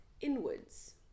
inwards